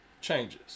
changes